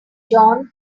johns